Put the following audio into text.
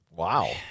Wow